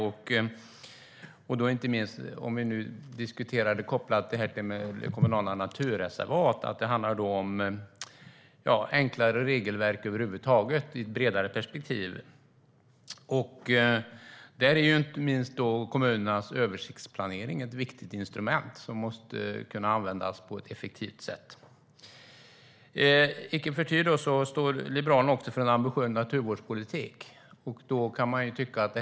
När det gäller detta kopplat till kommunala naturreservat handlar det om enklare regelverk i ett bredare perspektiv. Där är inte minst kommunernas översiktsplanering ett viktigt instrument som måste kunna användas på ett effektivt sätt. Icke förty står Liberalerna också för en ambitiös naturvårdspolitik.